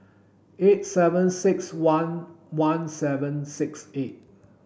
eight seven six one one seven six eight